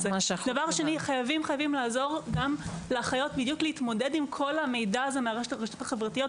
חייבים לעזור לאחיות להתמודד עם כל המידע הזה מהרשתות החברתיות.